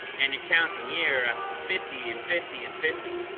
and you're counting here after fifty and fifty and fifty.